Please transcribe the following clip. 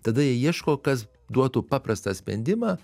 tada jie ieško kas duotų paprastą sprendimą